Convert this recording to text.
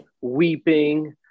weeping